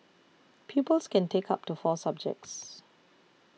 pupils can take up to four subjects